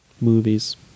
movies